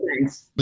thanks